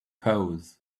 pose